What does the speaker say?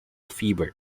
fever